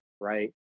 right